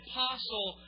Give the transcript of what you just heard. Apostle